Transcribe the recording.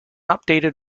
updated